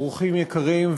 אורחים יקרים,